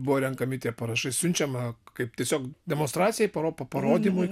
buvo renkami tie parašai siunčiama kaip tiesiog demonstracijai paro parodymui